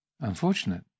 Unfortunate